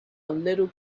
little